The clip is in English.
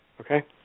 Okay